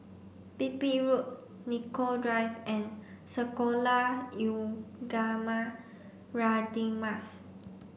Pipit Road Nicoll Drive and Sekolah Ugama Radin Mas